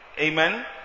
Amen